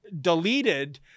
deleted